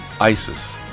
ISIS